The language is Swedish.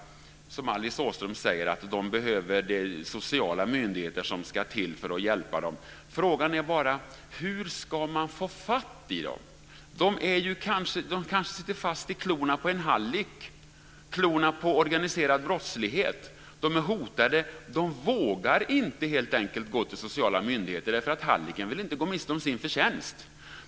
Alice Åström säger att det behövs att de sociala myndigheterna hjälper dem. Frågan är bara hur man ska få fatt i dem. De kanske sitter fast i klorna på en hallick och i organiserad brottslighet. De är hotade. De vågar helt enkelt inte gå till de sociala myndigheterna eftersom hallicken inte vill gå miste om sin förtjänst.